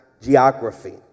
geography